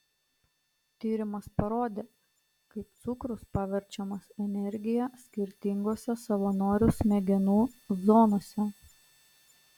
tyrimas parodė kaip cukrus paverčiamas energija skirtingose savanorių smegenų zonose